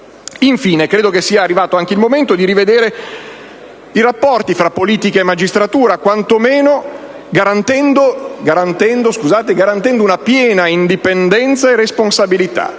Infine credo sia arrivato anche il momento di rivedere i rapporti tra politica e magistratura, garantendo una piena indipendenza e responsabilità.